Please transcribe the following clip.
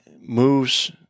moves